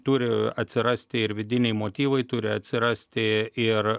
turi atsirasti ir vidiniai motyvai turi atsirasti ir